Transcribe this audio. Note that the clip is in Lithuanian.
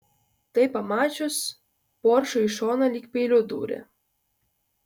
tai pamačius poršai į šoną lyg peiliu dūrė